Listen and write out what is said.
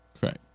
Correct